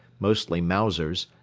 mostly mausers,